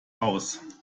aus